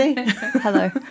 Hello